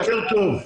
בוקר טוב.